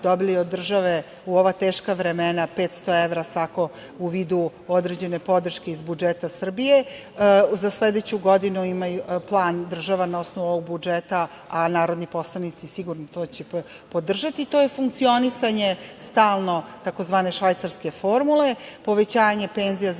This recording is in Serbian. dobili od države u ova teška vremena 500 evra, svako u vidu određene podrške iz budžeta Srbije, za sledeću godinu država ima plan na osnovu ovog budžeta, a narodni poslanici sigurno će to podržati, to je funkcionisanje stalno, tzv. švajcarske formule, povećanje penzija za